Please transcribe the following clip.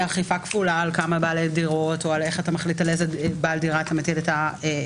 או על איך אתה מחליט על איזה בעל דירה אתה מטיל את הקנס.